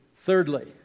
thirdly